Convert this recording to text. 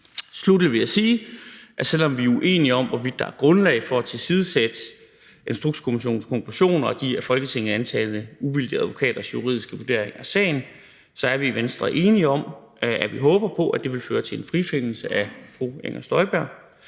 Sluttelig vil jeg sige, at selv om vi er uenige om, hvorvidt der er grundlag for at tilsidesætte Instrukskommissionens konklusioner og de af Folketinget antagne uvildige advokaters juridiske vurderinger af sagen, så er vi i Venstre enige om, at vi håber, at det vil føre til en frifindelse af fru Inger Støjberg.